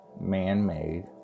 man-made